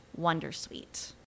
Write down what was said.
wondersuite